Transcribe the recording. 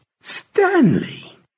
Stanley